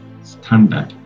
standard